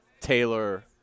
Taylor